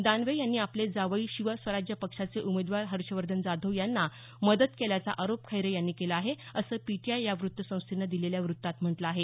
दानवे यांनी आपले जावई शिव स्वराज्य पक्षाचे उमेदवार हर्षवर्धन जाधव यांना मदत केल्याचा आरोप खैरे यांनी केला आहे असं पी टीआय या वृत्तसंस्थेनं दिलेल्या वृत्तात म्हटले आहे